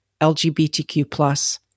LGBTQ+